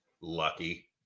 Lucky